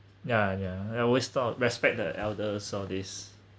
yeah yeah I always thought respect the elders so this